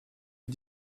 est